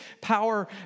power